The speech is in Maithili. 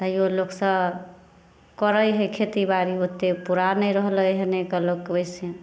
तैयो लोक सभ करै हइ खेतीबाड़ी ओते पुरा नहि रहलै हँ एहिके लोकके ओहि सऽ